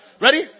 Ready